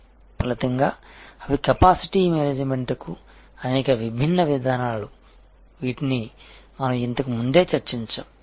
కాబట్టి ఫలితంగా అవి కెపాసిటీ మేనేజ్మెంట్కి అనేక విభిన్న విధానాలు వీటిని మనము ఇంతకుముందే చర్చించాము